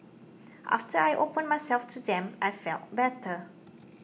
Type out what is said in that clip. after I opened myself to them I felt better